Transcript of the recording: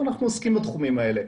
אבל אנחנו עוסקים בתחומים האלה,